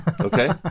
Okay